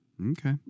Okay